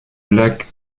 lac